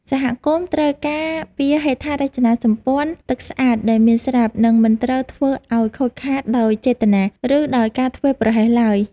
សហគមន៍ត្រូវការពារហេដ្ឋារចនាសម្ព័ន្ធទឹកស្អាតដែលមានស្រាប់ និងមិនត្រូវធ្វើឱ្យខូចខាតដោយចេតនា ឬដោយការធ្វេសប្រហែសឡើយ។